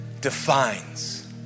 defines